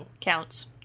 counts